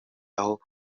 aho